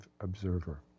observer